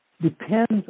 depends